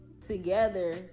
together